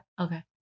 Okay